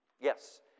Yes